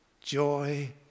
joy